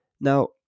Now